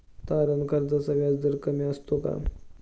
तारण कर्जाचा व्याजदर कमी असतो का?